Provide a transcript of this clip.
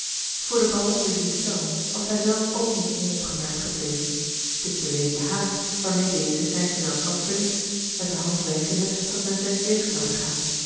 voor den baron de ghiselles was hij zelf ook niet onopgemerkt gebleven dit bewees de haast waarmeê deze zijn gezelschap verliet met de hand wenkende dat men zijns weegs zoude gaan